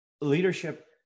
leadership